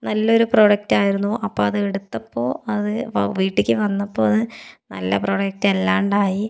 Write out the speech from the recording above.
നല്ലൊരു പ്രോഡക്റ്റായിരുന്നു അപ്പം അതെടുത്തപ്പോൾ അത് വീട്ടിലേക്ക് വന്നപ്പോൾ അത് നല്ല പ്രൊഡക്റ്റല്ലാണ്ടായി